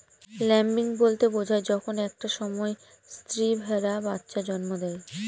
lambing বলতে বোঝায় যখন একটা সময় স্ত্রী ভেড়া বাচ্চা জন্ম দেয়